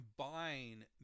combine